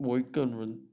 我一个人